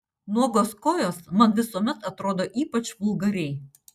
nuogos kojos man visuomet atrodo ypač vulgariai